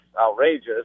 outrageous